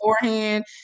beforehand